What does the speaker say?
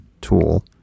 tool